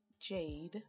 jade